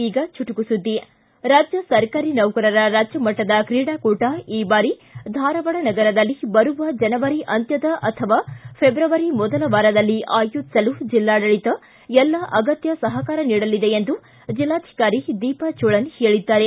ಈಗ ಚುಟುಕು ಸುದ್ದಿ ರಾಜ್ಯ ಸರ್ಕಾರಿ ನೌಕರರ ರಾಜ್ಯ ಮಟ್ಟದ ಕ್ರೀಡಾಕೂಟ ಈ ಬಾರಿ ಧಾರವಾಡ ನಗರದಲ್ಲಿ ಬರುವ ಜನವರಿ ಅಂತ್ತದ ಅಥವಾ ಫೆಬ್ರವರಿ ಮೊದಲ ವಾರದಲ್ಲಿ ಆಯೋಜಿಸಲು ಜಿಲ್ಲಾಡಳಿತ ಎಲ್ಲಾ ಅಗತ್ತ ಸಹಕಾರ ನೀಡಲಿದೆ ಎಂದು ಜಿಲ್ಲಾಧಿಕಾರಿ ದೀಪಾ ಚೋಳನ್ ಹೇಳಿದ್ದಾರೆ